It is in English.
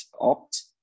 opt